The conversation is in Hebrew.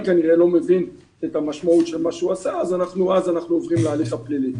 כנראה לא מבין את המשמעות של מה שהוא עשה אז אנחנו עוברים להליך הפלילי.